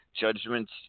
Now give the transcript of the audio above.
Judgment's